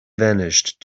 vanished